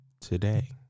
today